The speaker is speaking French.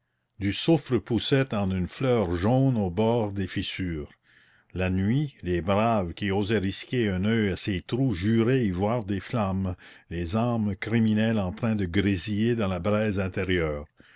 du soufre poussait en une fleur jaune au bord des fissures la nuit les braves qui osaient risquer un oeil à ces trous juraient y voir des flammes les âmes criminelles en train de grésiller dans la braise intérieure